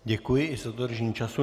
Děkuji za dodržení času.